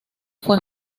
fue